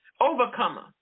Overcomer